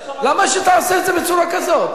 למה שתעשה את זה בצורה כזאת?